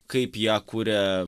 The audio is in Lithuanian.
kaip ją kuria